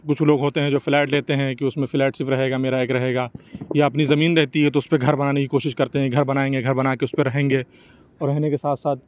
کچھ لوگ ہوتے ہیں جو فلیٹ لیتے ہیں کہ اُس میں فلیٹ صرف رہے گا میرا ایک رہے گا یا اپنی زمین رہتی ہے تو اُس پہ گھر بنانے کی کوشش کرتے ہیں گھر بنائیں گے گھر بنا کے اُس پہ رہیں گے اور رہنے کے ساتھ ساتھ